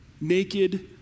Naked